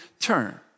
turn